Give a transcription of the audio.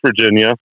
Virginia